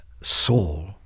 Saul